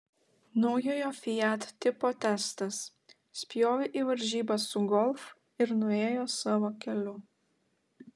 naujojo fiat tipo testas spjovė į varžybas su golf ir nuėjo savo keliu